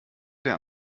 der